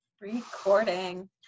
Recording